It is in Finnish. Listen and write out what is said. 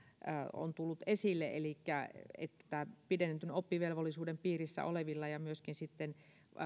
ovat tulleet esille elikkä niin että pidennetyn oppivelvollisuuden piirissä olevilla ja myöskin